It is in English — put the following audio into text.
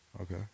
Okay